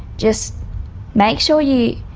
just make sure you